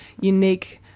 unique –